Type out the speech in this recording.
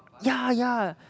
ya yeah